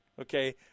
Okay